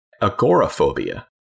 Agoraphobia